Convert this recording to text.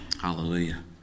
Hallelujah